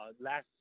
last